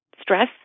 stress